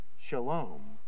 shalom